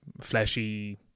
fleshy